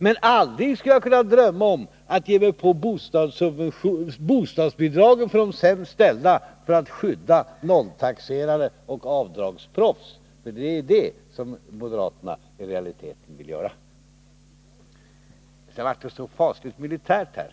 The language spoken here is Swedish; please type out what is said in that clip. Men aldrig skulle jag kunna drömma om att ge mig på bostadsbidragen för de sämst ställda för att skydda nolltaxerare och avdragsproffs. Det är ju det som moderaterna i realiteten vill göra. Sedan blev det så fasligt militärt här.